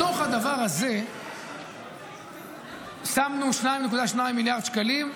בתוך הדבר הזה שמנו 2.2 מיליארד שקלים,